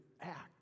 act